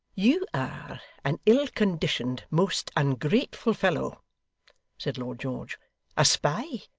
you are an ill-conditioned, most ungrateful fellow said lord george a spy,